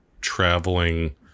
traveling